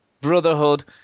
brotherhood